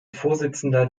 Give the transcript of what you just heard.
vorsitzender